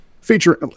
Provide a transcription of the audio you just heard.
feature